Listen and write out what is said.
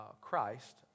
Christ